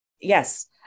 yes